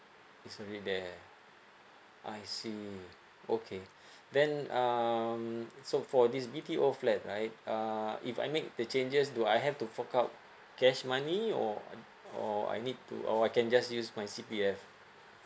it's already there I see okay then um so for this B_T_O flat right uh if I make the changes do I have to fork out cash money or or I need to or I can just use my C_P_F